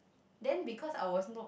then because I was not